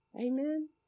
Amen